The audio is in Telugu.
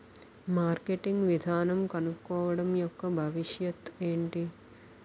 మార్కెటింగ్ విధానం కనుక్కోవడం యెక్క భవిష్యత్ ఏంటి?